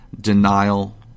denial